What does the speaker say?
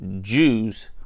Jews